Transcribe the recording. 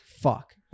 Fuck